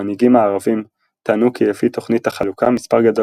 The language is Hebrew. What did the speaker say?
המנהיגים הערבים טענו כי לפי תוכנית החלוקה מספר גדול